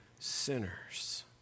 sinners